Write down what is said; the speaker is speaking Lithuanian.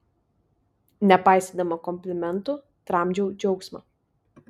nepaisydama komplimentų tramdžiau džiaugsmą